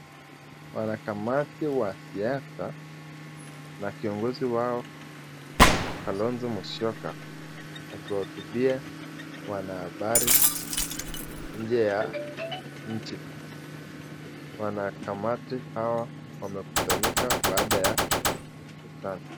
Wanakamati wa siasa , na kiongozi wao Kalonzo Musyoka , akiwahutubia wanahabari nje ya nchi . Wanakamati hao wamekusanyika baada ya mkutano .